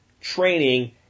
training